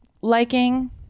liking